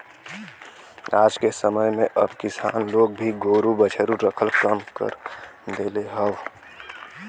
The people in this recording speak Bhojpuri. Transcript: आजके समय में अब किसान लोग भी गोरु बछरू रखल कम कर देहले हउव